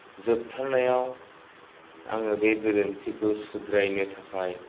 जोबथारनायाव आङो बे गोरोन्थिखौ सुद्रायनो थाखाय